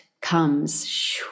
comes